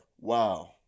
Wow